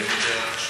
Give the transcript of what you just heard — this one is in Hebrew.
עם הלבן בעיניים.